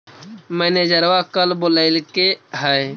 मैनेजरवा कल बोलैलके है?